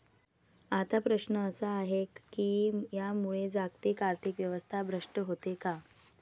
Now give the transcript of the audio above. आता प्रश्न असा आहे की यामुळे जागतिक आर्थिक व्यवस्था भ्रष्ट होते का?